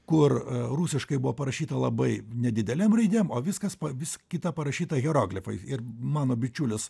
kur rusiškai buvo parašyta labai nedidelėm raidėm o viskas vis kita parašyta hieroglifai ir mano bičiulis